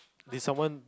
did someone